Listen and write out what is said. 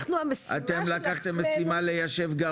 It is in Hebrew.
אתם לקחתם משימה ליישב גרעין,